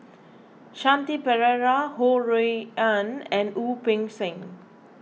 Shanti Pereira Ho Rui An and Wu Peng Seng